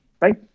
right